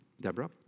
Deborah